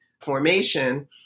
Formation